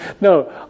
No